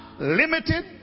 limited